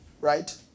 Right